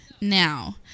now